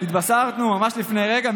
התבשרנו ממש לפני רגע,